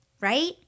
right